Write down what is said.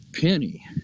Penny